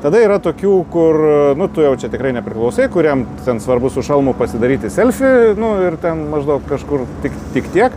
tada yra tokių kur tu jau čia tikrai nepriklausai kuriam ten svarbu su šalmu pasidaryti selfį nu ir ten maždaug kažkur tik tik tiek